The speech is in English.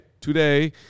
Today